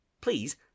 please